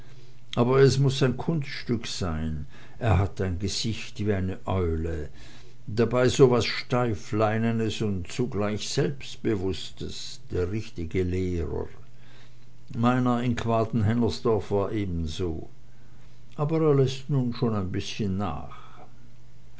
aber es muß ein kunststück sein er hat ein gesicht wie ne eule dabei so was steifleinenes und zugleich selbstbewußtes der richtige lehrer meiner in quaden hennersdorf war ebenso aber er läßt nun schon ein bißchen nach